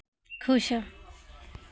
खुश